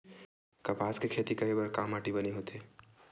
कपास के खेती करे बर का माटी बने होथे?